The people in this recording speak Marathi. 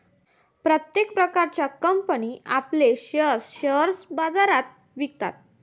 प्रत्येक प्रकारच्या कंपनी आपले शेअर्स शेअर बाजारात विकतात